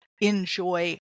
enjoy